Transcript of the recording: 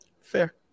Fair